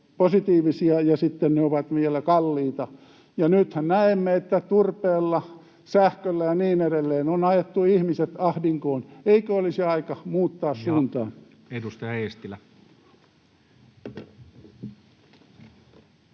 positiivisia, ja sitten ne ovat vielä kalliita. Ja nythän näemme, että turpeella, sähköllä ja niin edelleen on ajettu ihmiset ahdinkoon. Eikö olisi aika muuttaa suuntaa? Ja edustaja Eestilä.